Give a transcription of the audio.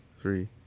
three